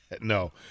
No